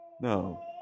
No